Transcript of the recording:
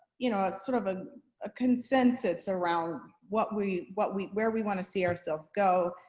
you know, a sort of ah a consensus around what we what, we where we want to see ourselves go,